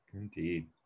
Indeed